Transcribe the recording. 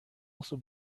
also